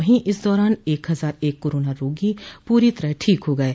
वही इस दौरान एक हजार एक कोरोना रोगी पूरी तरह ठीक हो गये